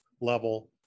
level